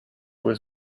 was